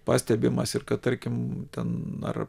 pastebimas ir kad tarkim ten ar